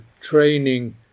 training